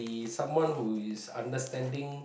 ~e someone who is understanding